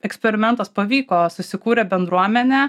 eksperimentas pavyko susikūrė bendruomenė